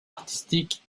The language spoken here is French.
artistique